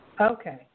Okay